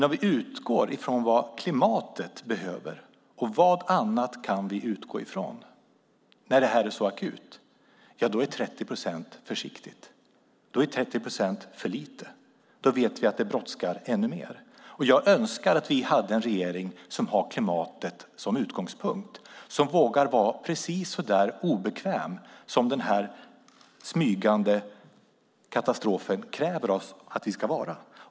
Om vi utgår från vad klimatet behöver, och vad annat kan vi utgå från när det här är så akut, är 30 procent försiktigt. Då är 30 procent för lite. Då vet vi att det brådskar ännu mer. Jag önskar att vi hade en regering som har klimatet som utgångspunkt, som vågar vara precis så obekväm som den smygande katastrofen kräver av oss att vi ska vara.